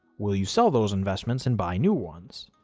will you sell those investments and buy new ones?